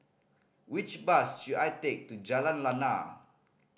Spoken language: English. which bus should I take to Jalan Lana